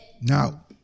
Now